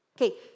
Okay